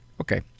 Okay